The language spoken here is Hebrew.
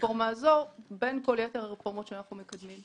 הרפורמה הזאת בין כל יתר הרפורמות שאנחנו מקדמים.